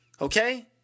Okay